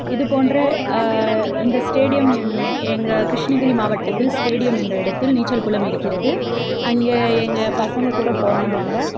இது போன்ற இந்த ஸ்டேடியம் எங்கள் கிருஷ்ணகிரி மாவட்டத்தில் ஸ்டேடியம் என்ற இடத்தில் நீச்சல் குளம் இருக்கிறது அங்கே எங்கள் பசங்கள் கூட போனாங்க அங்கே